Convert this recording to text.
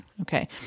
Okay